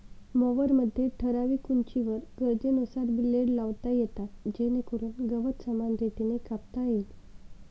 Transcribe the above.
मॉवरमध्ये ठराविक उंचीवर गरजेनुसार ब्लेड लावता येतात जेणेकरून गवत समान रीतीने कापता येईल